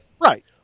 Right